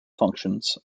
functions